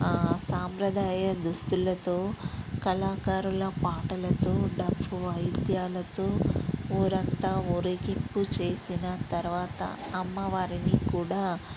సాంప్రదాయ దుస్తులతో కళాకారుల పాటలతో డప్పు వాయిద్యాలతో ఊరంతా ఊరేగింపు చేసిన తర్వాత అమ్మ వారిని కూడా